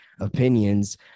opinions